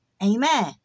Amen